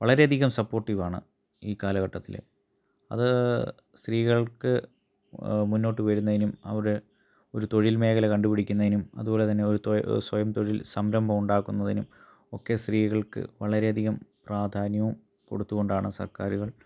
വളരെയധികം സപ്പോർട്ടീവ് ആണ് ഈ കാലഘട്ടത്തില് അത് സ്ത്രീകൾക്ക് മുന്നോട്ട് വരുന്നതിനും അവിടെ ഒരു തൊഴിൽമേഖല കണ്ടുപിടിക്കുന്നതിനും അതുപോലെതന്നെ ഒരു സ്വയംതൊഴിൽ സംരംഭം ഉണ്ടാക്കുന്നതിനും ഒക്കെ സ്ത്രീകൾക്ക് വളരെയധികം പ്രാധാന്യവും കൊടുത്തുകൊണ്ടാണ് സർക്കാരുകൾ